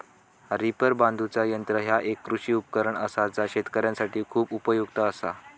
reaper बांधुचा यंत्र ह्या एक कृषी उपकरण असा जा शेतकऱ्यांसाठी खूप उपयुक्त असा